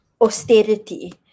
austerity